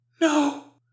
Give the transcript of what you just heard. No